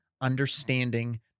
understanding